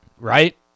right